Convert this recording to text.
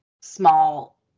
small